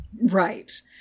Right